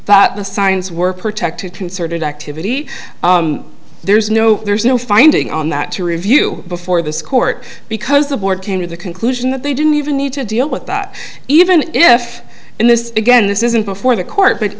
hold the signs were protected concerted activity there's no there's no finding on that to review before this court because the board came to the conclusion that they didn't even need to deal with that even if in this again this isn't before the court but